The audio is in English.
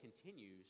continues